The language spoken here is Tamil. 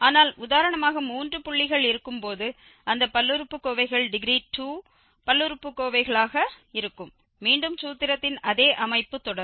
ஆனால் உதாரணமாக மூன்று புள்ளிகள் இருக்கும் போது அந்த பல்லுறுப்புக்கோவைகள் டிகிரி 2 பல்லுறுப்புக்கோவைகளாக இருக்கும் மீண்டும் சூத்திரத்தின் அதே அமைப்பு தொடரும்